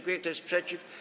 Kto jest przeciw?